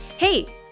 Hey